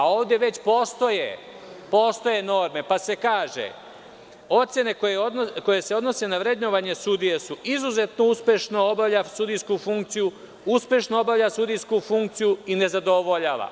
Ovde već postoje norme, pa se kaže: „Ocene koje se odnose na vrednovanje sudija su: izuzetno uspešno obavlja sudijsku funkciju, uspešno obavlja sudijsku funkciju i nezadovoljava“